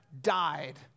died